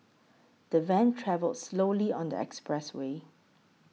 the van travelled slowly on the expressway